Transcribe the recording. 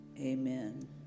Amen